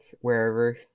wherever